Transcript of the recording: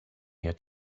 had